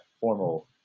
formal